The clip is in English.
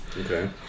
Okay